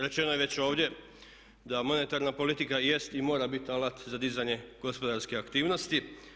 Rečeno je već ovdje da monetarna politika jest i mora bit alat za dizanje gospodarske aktivnosti.